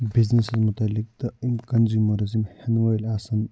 business متعلق تہِ یِم کنزِیوٗمٲرٕس ہٮ۪ن وٲلۍ آسَن